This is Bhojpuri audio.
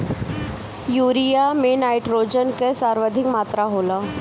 यूरिया में नाट्रोजन कअ सर्वाधिक मात्रा होला